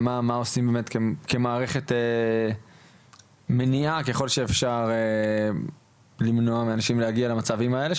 ומה עושים באמת כמערכת מניעה ככל שאפשר למנוע מאנשים להגיע למצבים האלה,